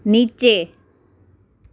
નીચે